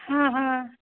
हँ हँ